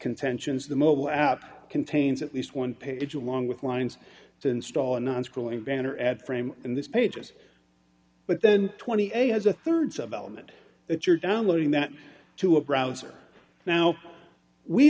contentions the mobile app contains at least one page along with lines to install a non scrolling banner ad frame and this pages but then twenty eight has a thirds of element if you're downloading that to a browser now we